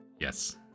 Yes